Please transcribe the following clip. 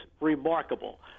remarkable